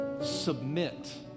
submit